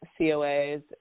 COAs